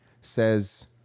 says